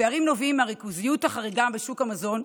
הפערים נובעים מהריכוזיות החריגה בשוק המזון,